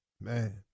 Man